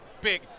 big